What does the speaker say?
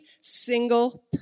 single